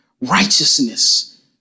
righteousness